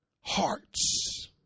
hearts